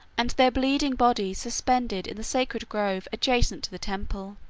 and their bleeding bodies suspended in the sacred grove adjacent to the temple.